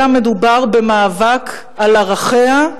אלא מדובר במאבק על ערכיה,